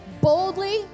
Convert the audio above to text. boldly